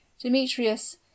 demetrius